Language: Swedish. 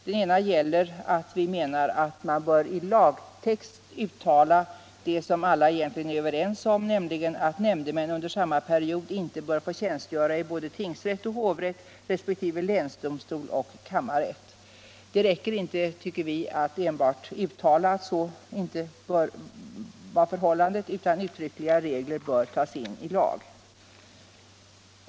För det första menar vi att man i lagtext bör uttala det som alla egentligen är överens om, nämligen att nämndemän under samma period inte bör få tjänstgöra i både tingsrätt och hovrätt resp. länsdomstol och kammarrätt. Det räcker inte, tycker vi, att enbart uttala att så inte bör vara förhållandet, utan uttryckliga regler bör tas in i lag.